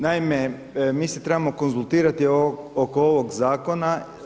Naime, mi se trebamo konzultirati oko ovog zakona.